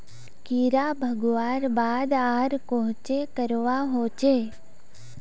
कीड़ा भगवार बाद आर कोहचे करवा होचए?